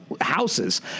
houses